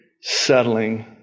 settling